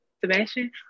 Sebastian